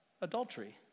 adultery